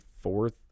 fourth